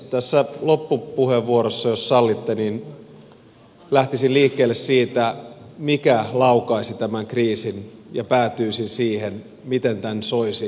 tässä loppupuheenvuorossa jos sallitte lähtisin liikkeelle siitä mikä laukaisi tämän kriisin ja päätyisin siihen miten tämän soisi päättyvän